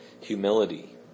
humility